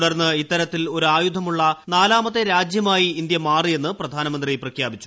തുടർന്ന് ഇത്തരത്തിൽ ഒരു ആയുധമുള്ള നാലാമത്തെ രാജ്യമായി ഇന്ത്യ മാറിയെന്ന് പ്രധാനമന്ത്രി പ്രഖ്യാപിച്ചു